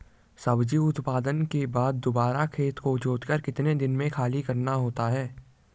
सब्जी उत्पादन के बाद दोबारा खेत को जोतकर कितने दिन खाली रखना होता है?